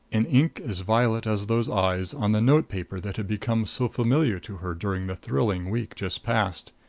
in ink as violet as those eyes, on the note paper that had become so familiar to her during the thrilling week just past.